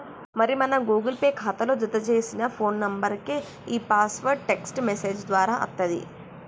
మరి మన Google Pay ఖాతాలో జతచేసిన ఫోన్ నెంబర్కే ఈ పాస్వర్డ్ టెక్స్ట్ మెసేజ్ దారా అత్తది